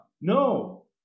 No